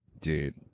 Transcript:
Dude